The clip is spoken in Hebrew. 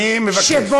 אני מבקש.